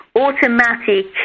automatic